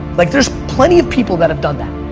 like there's plenty of people that have done that.